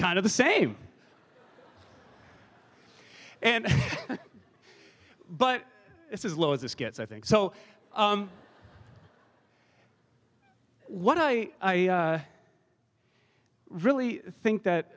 kind of the same and but it's as low as it gets i think so what i really think that